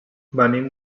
venim